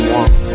one